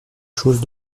chose